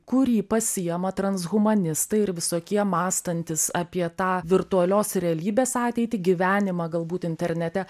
kurį pasiima transhumanistai ir visokie mąstantys apie tą virtualios realybės ateitį gyvenimą galbūt internete